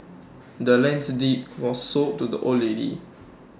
the land's deed was sold to the old lady